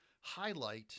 highlight